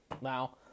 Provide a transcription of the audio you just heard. Now